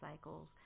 cycles